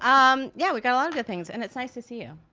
um yeah, we've got a lot of good things. and it's nice to see you.